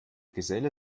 geselle